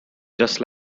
just